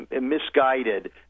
misguided